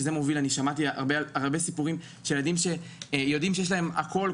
שזה מוביל שמעתי על הרבה סיפורים על ילדים שיודעים שיש להם הכול,